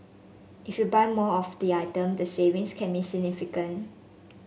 if you buy more of the item the savings can be significant